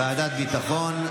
ביטחון?